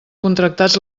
contractats